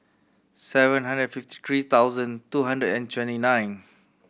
seven hundred and fifty three thousand two hundred and twenty nine